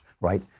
right